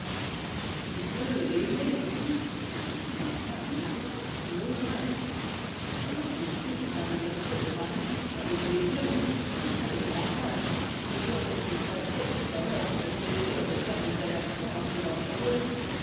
je suis vieux et aimé ici se dit-il enfin à mi-voix ils n'oseraient se tournant tout de suite vers le monsieur de paris avec des yeux où malgré le grand âge brillait ce feu sacré qui annonce le plaisir de faire une belle action un peu dangereuse